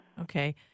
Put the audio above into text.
Okay